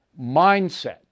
mindset